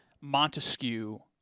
Montesquieu